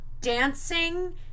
dancing